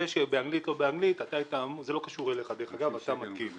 זה שבאנגלית או לא זה לא קשור אליך כי אתה המתקין.